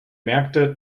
merkte